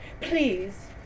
Please